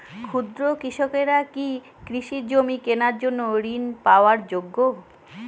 ক্ষুদ্র কৃষকরা কি কৃষি জমি কেনার জন্য ঋণ পাওয়ার যোগ্য?